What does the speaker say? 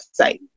website